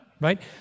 right